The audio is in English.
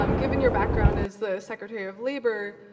um given your background as the secretary of labor,